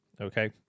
okay